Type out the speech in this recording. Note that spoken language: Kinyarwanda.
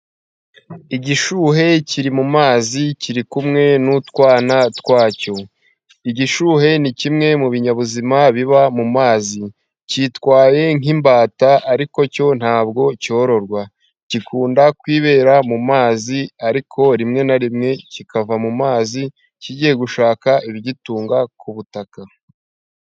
Igishuhe kiri mu mazi kiri kumwe n'utwana twacyo. Igishuhe ni kimwe mu binyabuzima biba mu mazi, cyitwaye nk'imbata ariko cyo ntabwo cyororwa. Gikunda kwibera mu mazi, ariko rimwe na rimwe kikava mu mazi kigiye gushaka ibigitunga ku butaka.